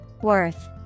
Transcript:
worth